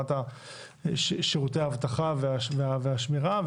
ברמת שירותי האבטחה והשמירה,